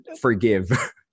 forgive